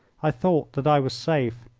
i thought that i was safe.